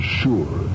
sure